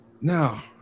Now